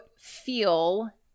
feel